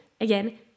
Again